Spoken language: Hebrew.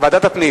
והגנת הסביבה